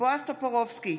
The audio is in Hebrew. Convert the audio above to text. בועז טופורובסקי,